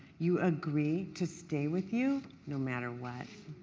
you agree to stay with you no matter what.